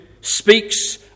speaks